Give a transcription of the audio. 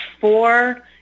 four